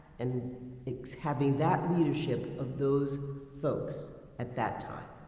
and having that leadership of those folks at that time.